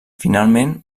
finalment